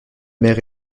mer